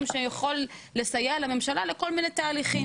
שיכול לסייע לממשלה לכל מיני תהליכים.